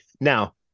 Now